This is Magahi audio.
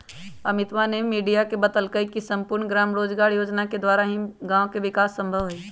अमितवा ने मीडिया के बतल कई की सम्पूर्ण ग्राम रोजगार योजना के द्वारा ही गाँव के विकास संभव हई